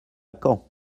caen